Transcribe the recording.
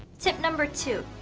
tip number two.